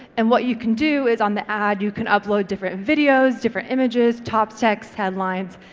and what you can do is on the ad you can upload different videos, different images, tops, texts, headlines,